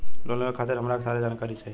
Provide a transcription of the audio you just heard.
Loan लेवे खातीर हमरा के सारी जानकारी चाही?